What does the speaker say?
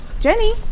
jenny